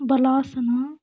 ಬಲಾಸನ